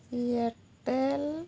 Airtel